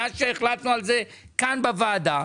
מאז שהחלטנו על זה כאן בוועדה,